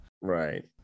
Right